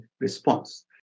response